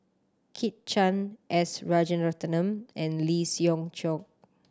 Kit Chan S Rajaratnam and Lee Siew Choh